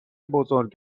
بزرگ